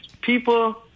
people